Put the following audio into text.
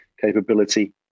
capability